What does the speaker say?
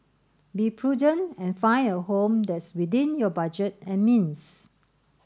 be prudent and find a home that's within your budget and means